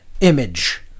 image